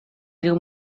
riu